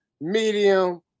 medium